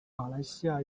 马来西亚